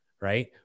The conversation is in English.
Right